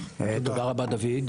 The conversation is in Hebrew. תודה רבה, דוד.